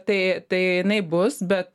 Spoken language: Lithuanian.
tai tai jinai bus bet